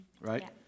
right